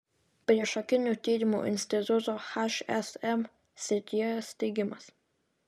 priešakinių tyrimų instituto hsm srityje steigimas